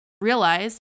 realize